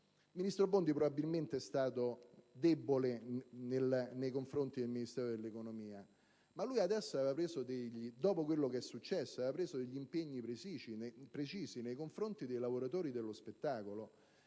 Il ministro Bondi probabilmente è stato debole nei confronti del Ministero dell'economia, ma, dopo quello che è successo, aveva preso degli impegni precisi nei confronti dei lavoratori dello spettacolo.